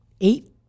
eight